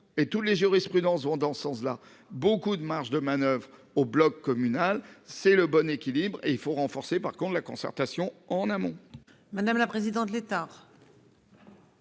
et tous les jurisprudences vont dans ce sens là beaucoup de marge de manoeuvre au bloc communal. C'est le bon équilibre et il faut renforcer par contre à la concertation en amont.